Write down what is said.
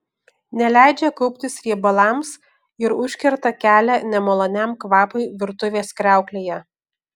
neleidžia kauptis riebalams ir užkerta kelią nemaloniam kvapui virtuvės kriauklėje